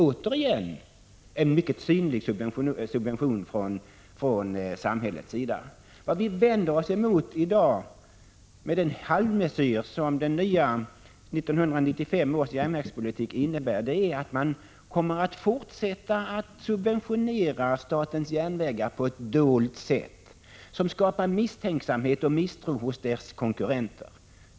Återigen en fullt synlig subvention från samhällets sida! Vad vi vänder oss mot i dag är att man, med den halvmesyr som 1985 års järnvägspolitik innebär, kommer att fortsätta att subventionera statens järnvägar på ett dolt sätt. Det skapar misstänksamhet och misstro hos SJ:s konkurrenter.